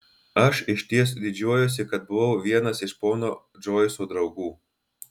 aš išties didžiuojuosi kad buvau vienas iš pono džoiso draugų